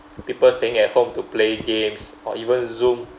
people staying at home to play games or even Zoom